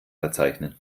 verzeichnen